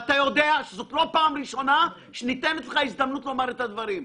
אתה יודע שזאת לא פעם ראשונה שניתנת לך הזדמנות לומר את הדברים.